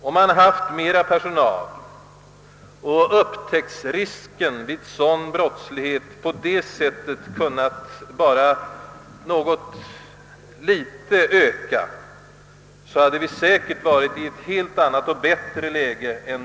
Om man hade haft mera personal och upptäcktsrisken vid sådan brottslighet därigenom kunnat öka, hade säkerligen läget varit ett helt annat och bättre än nu.